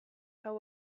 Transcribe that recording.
how